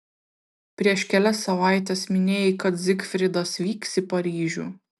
prieš kelias savaites minėjai kad zigfridas vyks į paryžių